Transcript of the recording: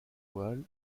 voiles